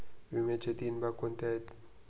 विम्याचे तीन भाग कोणते आहेत?